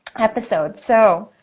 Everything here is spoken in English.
episode. so,